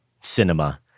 cinema